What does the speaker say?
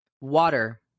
Water